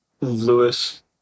Lewis